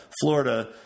Florida